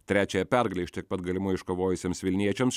trečiąją pergalę iš tiek pat galimų iškovojusiems vilniečiams